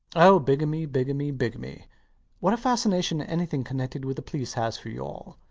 oh bigamy! bigamy! bigamy! what a fascination anything connected with the police has for you all,